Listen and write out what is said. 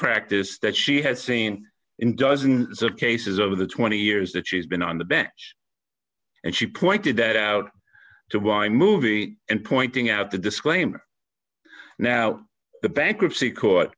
practice that she had seen in dozens of cases over the twenty years that she's been on the bench and she pointed that out to why movie and pointing out the disclaimer now the bankruptcy court